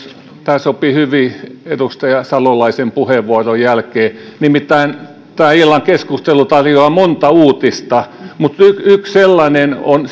tämä sopii hyvin edustaja salolaisen puheenvuoron jälkeen nimittäin tämä illan keskustelu tarjoaa monta uutista mutta yksi sellainen on